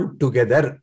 together